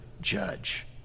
judge